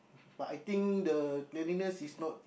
but I think the cleanliness is not